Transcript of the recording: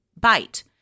BITE